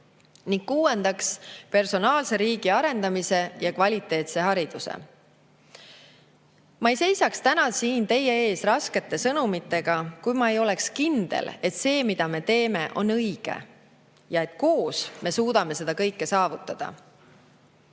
ning kuuendaks, personaalse riigi arendamise ja kvaliteetse hariduse. Ma ei seisaks täna siin teie ees raskete sõnumitega, kui ma ei oleks kindel, et see, mida me teeme, on õige ja et koos me suudame seda kõike saavutada.